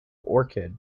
orchid